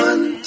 One